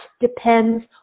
depends